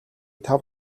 тав